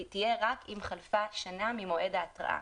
תהיה רק אם חלפה שנה ממועד ההתראה.